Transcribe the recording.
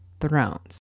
thrones